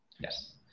Yes